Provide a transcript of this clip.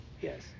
Yes